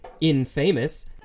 infamous